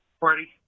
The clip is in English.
party